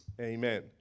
Amen